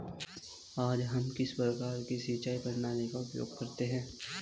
आज हम किस प्रकार की सिंचाई प्रणाली का उपयोग करते हैं?